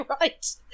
right